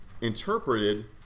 interpreted